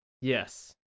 Yes